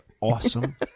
awesome